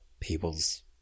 people's